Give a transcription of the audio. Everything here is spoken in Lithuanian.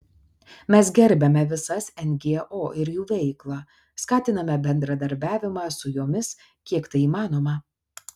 mes gerbiame visas ngo ir jų veiklą skatiname bendradarbiavimą su jomis kiek tai įmanoma